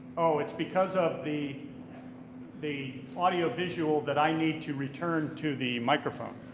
oh, it's because of the the audio visual that i need to return to the microphone.